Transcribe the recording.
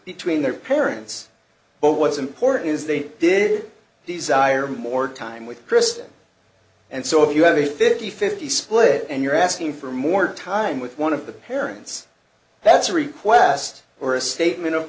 between their parents but what's important is they did desire more time with kristen and so if you have a fifty fifty split and you're asking for more time with one of the parents that's a request or a statement of